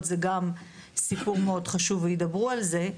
זה גם סיפור מאוד חשוב וידברו על זה.